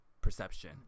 perception